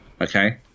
okay